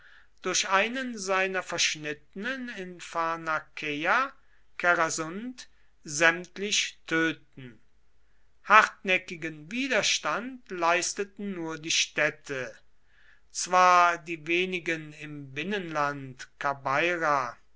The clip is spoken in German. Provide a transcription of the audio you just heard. durch einen seiner verschnittenen in pharnakeia kerasunt sämtlich töten hartnäckigen widerstand leisteten nur die städte zwar die wenigen im binnenland